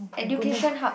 education hub